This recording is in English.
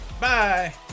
Bye